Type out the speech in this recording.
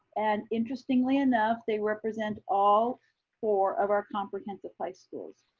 and interestingly enough, they represent all four of our comprehensive high schools.